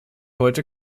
heute